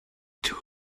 two